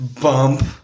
bump